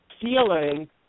feeling